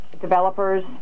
developers